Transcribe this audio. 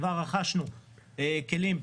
כבר רכשנו כלים,